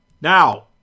Now